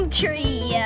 tree